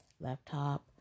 laptop